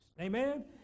Amen